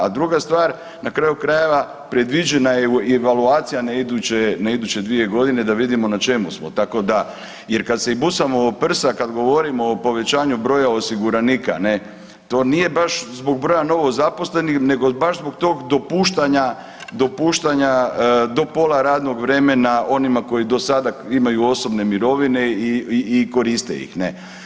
A druga stvar, na kraju krajeva predviđena je i evaluacija na iduće, na iduće 2.g. da vidim na čemu smo, tako da, jer kad se i busamo u prsa, kad govorimo o povećanju broja osiguranika ne, to nije baš zbog broja novozaposlenih nego baš zbog tog dopuštanja, dopuštanja do pola radnog vremena onima koji do sada imaju osobne mirovine i koriste ih, ne.